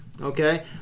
Okay